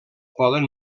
poden